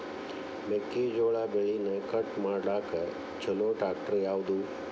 ಮೆಕ್ಕೆ ಜೋಳ ಬೆಳಿನ ಕಟ್ ಮಾಡಾಕ್ ಛಲೋ ಟ್ರ್ಯಾಕ್ಟರ್ ಯಾವ್ದು?